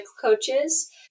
coaches